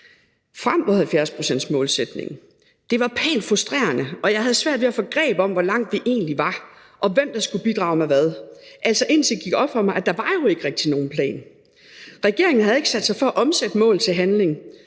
frem mod 70-procentsmålsætningen. Det var pænt frustrerende, og jeg havde svært ved at få greb om, hvor langt vi egentlig var, og hvem der skulle bidrage med hvad; altså indtil det gik op for mig, at der jo ikke rigtig var nogen plan. Regeringen havde ikke sat sig for at omsætte mål til handling.